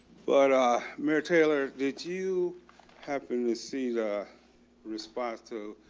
but a mere taylor, did you happen to see the response to